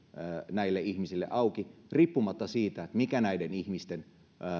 näille ihmisille auki riippumatta siitä mikä näiden ihmisten